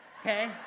okay